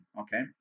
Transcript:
Okay